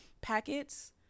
packets